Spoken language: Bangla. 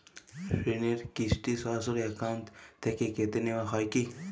ঋণের কিস্তি সরাসরি অ্যাকাউন্ট থেকে কেটে নেওয়া হয় কি?